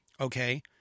okay